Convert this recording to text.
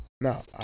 No